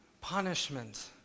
punishment